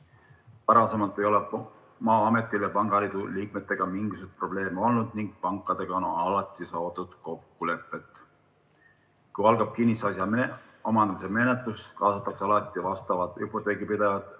Varasemalt ei ole Maa-ametil pangaliidu liikmetega mingisuguseid probleeme olnud ning pankadega on alati saavutatud kokkulepped. Kui algab kinnisasja omandamise menetlus, kaasatakse alati vastavad hüpoteegipidajad